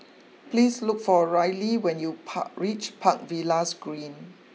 please look for Ryley when you Park reach Park Villas Green